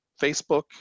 Facebook